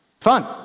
fun